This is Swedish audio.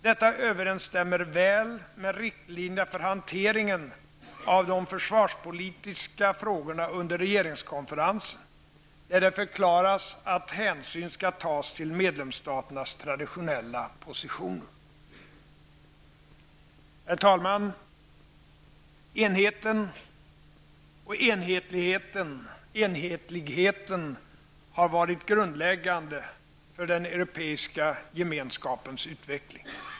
Detta överensstämmer väl med riktlinjerna för hanteringen av de försvarspolitiska frågorna under regeringskonferensen, där det förklaras att hänsyn skall tas till medlemsstaternas traditionella positioner. Herr talman! Enheten och enhetligheten har varit grundläggande för den Europeiska gemenskapens utveckling.